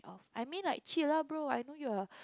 I mean like chill lah bro I know you are